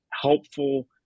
helpful